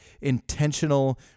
intentional